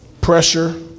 pressure